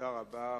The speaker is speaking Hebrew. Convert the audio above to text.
תודה רבה.